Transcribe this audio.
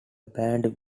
band